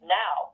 now